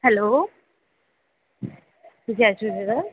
hello जय झूलेलाल